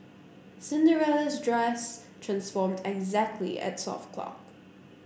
Cinderella's dress transformed exactly at twelve o'clock